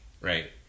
right